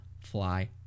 fly